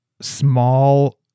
small